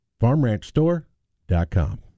farmranchstore.com